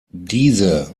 diese